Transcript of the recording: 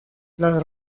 las